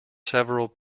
several